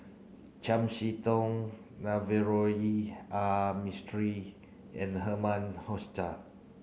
Chiam See Tong Navroji R Mistri and Herman Hochstadt